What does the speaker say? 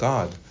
God